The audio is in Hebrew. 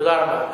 תודה רבה.